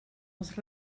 els